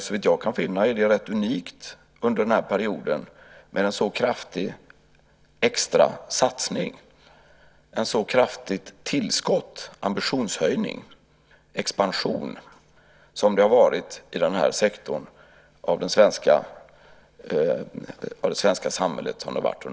Såvitt jag kan finna är det rätt unikt under den här perioden med en så kraftig extra satsning, ett så kraftigt tillskott, med en så stor ambitionshöjning och expansion som det har varit i den här sektorn av det svenska samhället.